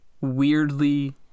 weirdly